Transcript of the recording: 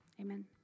Amen